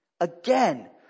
Again